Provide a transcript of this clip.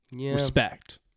Respect